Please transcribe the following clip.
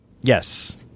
Yes